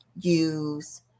use